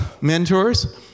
mentors